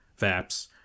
vaps